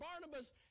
Barnabas